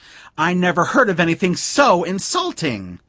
i never heard of anything so insulting!